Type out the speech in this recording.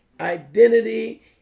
identity